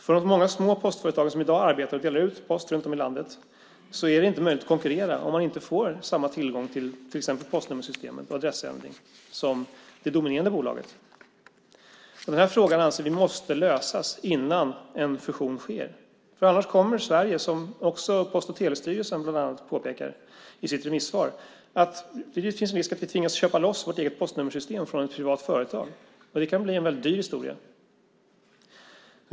För många av de små postföretag som i dag delar ut post runt om i landet är det inte möjligt att konkurrera om de inte får samma tillgång till postnummersystem och adressändring som det dominerande bolaget. Vi anser att denna fråga måste lösas innan en fusion sker. Annars kommer Sverige, som också Post och telestyrelsen påpekar i sitt remissvar, att tvingas köpa loss sitt eget postnummersystem från ett privat företag. Det kan bli en dyr historia.